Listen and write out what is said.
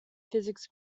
physics